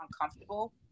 uncomfortable